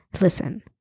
Listen